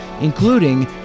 including